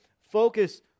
focus